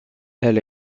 elle